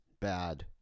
bad